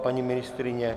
Paní ministryně?